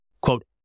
Quote